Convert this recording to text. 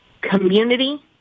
community